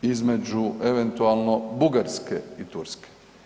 Između eventualno Bugarske i Turske.